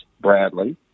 Bradley